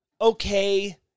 okay